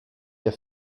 der